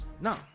No